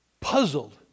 puzzled